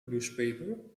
newspaper